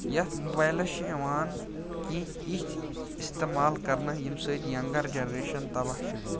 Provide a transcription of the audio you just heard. یتھ موبایلَس چھِ یِوان کیٚنٛہہ یِتھۍ استعمال کرنہٕ ییٚمہِ سۭتۍ یَنٛگر جنریشَن تباہ چھِ گٔمٕژ